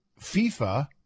FIFA